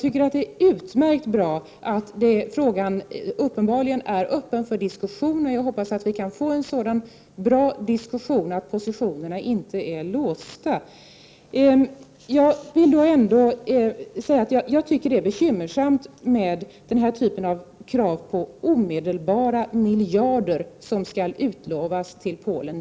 Det är utmärkt att frågan uppenbarligen är öppen för diskussion, och jag hoppas att vi kan få en bra sådan och att positionerna inte är låsta. Jag vill ändå säga att jag tycker det är bekymmersamt med den här typen av krav på omedelbara miljarder som skall utlovas till Polen.